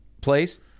place